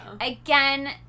Again